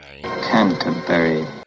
Canterbury